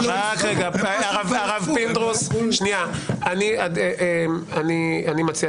שתלויה בשאלה איך נתפסת